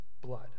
blood